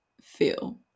feel